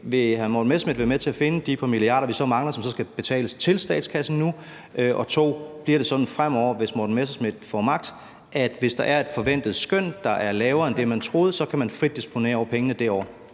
hr. Morten Messerschmidt som punkt 1 være med til at finde de par milliarder, vi så mangler, og som skal betales til statskassen nu? Og bliver det som punkt 2 sådan fremover, hvis hr. Morten Messerschmidt får magt, at hvis der er et forventet skøn, der er lavere end det, man troede, kan man frit disponere over pengene det år?